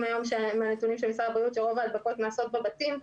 היום מהנתונים של משרד הבריאות שרוב ההדבקות נעשות בבתים,